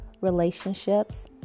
relationships